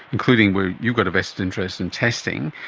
including where you've got a vested interest in testing,